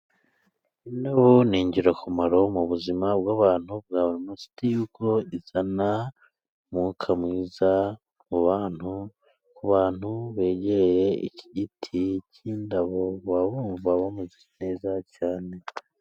Indabo ni ingirakamaro mu buzima bw'abantu bwa buri munsi kuko zizana umwuka mwiza mu bantu. Kubantu begereye igiti cy'indabo baba bumva bameze neza cyane.